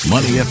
Money